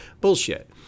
bullshit